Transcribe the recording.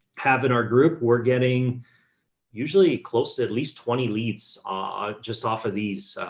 have in our group, we're getting usually close to at least twenty leads, ah, just off of these.